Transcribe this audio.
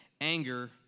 anger